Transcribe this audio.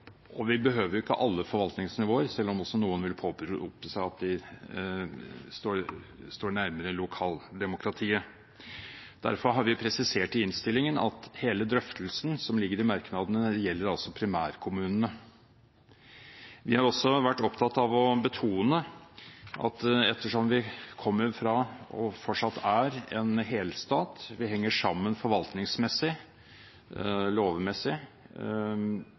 og vi behøver ikke alle forvaltningsnivåer, selv om også noen vil påberope seg å stå nærmere lokaldemokratiet. Derfor har vi presisert i innstillingen at hele drøftelsen som ligger i merknadene, altså gjelder primærkommunene. Vi har også vært opptatt av å betone at ettersom vi kommer fra – og fortsatt er – en helstat, vi henger sammen forvaltningsmessig og lovmessig,